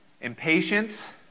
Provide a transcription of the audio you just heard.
Impatience